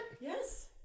Yes